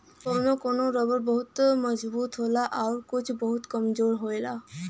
कौनो कौनो रबर बहुत मजबूत होला आउर कुछ बहुत कमजोर होला